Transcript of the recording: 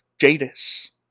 Jadis